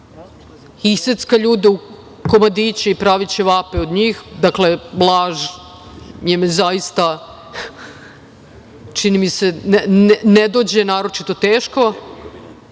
isecka ljude u komadiće i pravi ćevape od njih. Dakle, laž im je zaista, čini mi se, ne dođe naročito teško. Dakle,